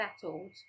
settled